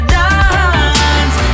dance